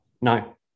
No